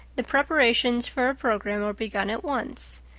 the preparations for a program were begun at once.